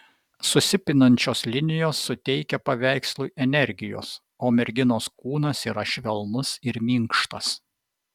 susipinančios linijos suteikia paveikslui energijos o merginos kūnas yra švelnus ir minkštas